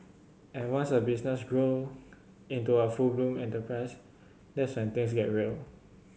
and once a business grow into a full bloom enterprise that's when things get real